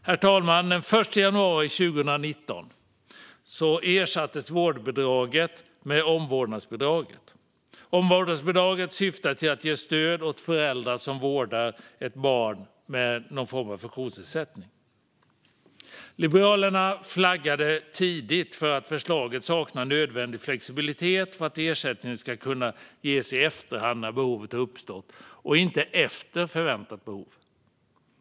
Herr talman! Den 1 januari 2019 ersattes vårdbidraget med omvårdnadsbidraget. Omvårdnadsbidraget syftar till att ge stöd åt föräldrar som vårdar ett barn med någon form av funktionsnedsättning. Liberalerna flaggade tidigt för att förslaget saknade den flexibilitet som var nödvändig för att ersättning skulle kunna ges i efterhand, när behovet uppstått, och inte enligt förväntat behov.